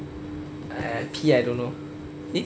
ah P I don't know eh